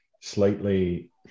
slightly